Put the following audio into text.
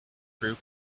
group